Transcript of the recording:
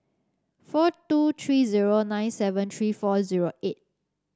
four two three zero nine seven three four zero eight